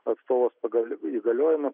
atstovas pagal įgaliojimą